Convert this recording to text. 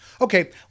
Okay